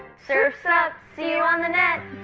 surfs up, see you on the net!